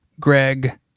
Greg